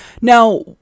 Now